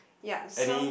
ya so